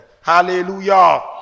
hallelujah